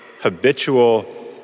Habitual